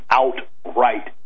outright